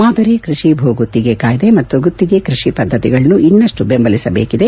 ಮಾದರಿ ಕೃಷಿ ಭೂ ಗುತ್ತಿಗೆ ಕಾಯ್ದೆ ಮತ್ತು ಗುತ್ತಿಗೆ ಕೃಷಿ ಪದ್ಧತಿಗಳನ್ನು ಇನ್ನಷ್ಟು ಬೆಂಬಲಿಸಬೇಕಿದೆ